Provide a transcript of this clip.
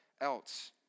else